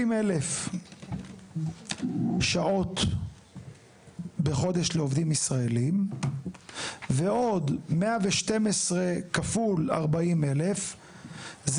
70,000 שעות בחודש לעובדים ישראלים ועוד 112 כפול 40,000. זה